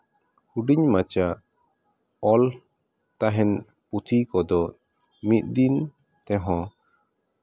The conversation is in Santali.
ᱦᱩᱰᱤᱧ ᱢᱟᱪᱷᱟ ᱚᱞ ᱛᱟᱦᱮᱱ ᱯᱩᱛᱷᱤ ᱠᱚᱫᱚ ᱢᱤᱫ ᱫᱤᱱ ᱛᱮᱦᱚᱸ